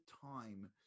time